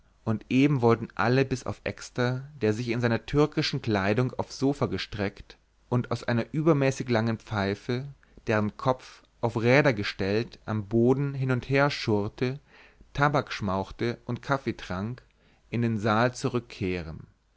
und eben wollten alle bis auf exter der sich in seiner türkischen kleidung aufs sofa gestreckt und aus einer übermäßig langen pfeife deren kopf auf räder gestellt am boden hin und her schurrte tabak schmauchte und kaffee trank in den saal zurückkehren